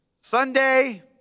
Sunday